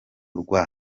rwo